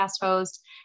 host